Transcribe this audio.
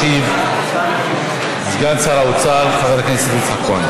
ישיב סגן שר האוצר, חבר הכנסת יצחק כהן.